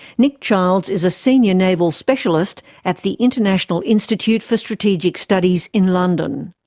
nick childs is a senior naval specialist at the international institute for strategic studies in london.